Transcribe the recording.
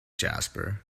jasper